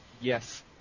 Yes